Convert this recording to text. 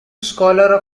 scholar